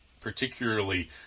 particularly